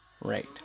Right